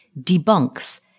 debunks